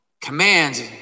commands